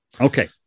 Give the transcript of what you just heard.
Okay